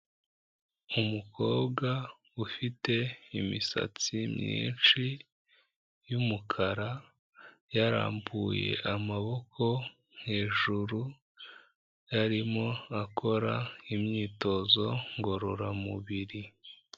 Umukobwa ufite imisatsi myinshi y'umukara yarambuye amaboko hejuru, arimo akora imyitozo ngororamubiri.